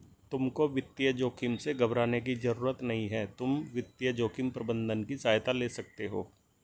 तुमको वित्तीय जोखिम से घबराने की जरूरत नहीं है, तुम वित्तीय जोखिम प्रबंधन की सहायता ले सकते हो